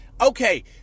Okay